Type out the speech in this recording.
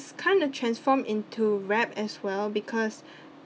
it's kind of transform into rap as well because